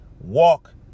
Walk